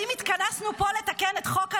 האם התכנסנו פה לתקן את חוק הלאום,